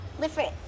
different